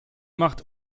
macht